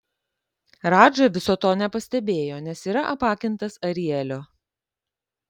radža viso to nepastebėjo nes yra apakintas arielio